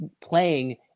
playing